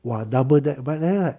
!wah! double deck [one] leh